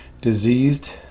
diseased